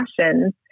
passions